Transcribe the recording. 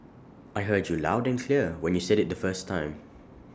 I heard you loud and clear when you said IT the first time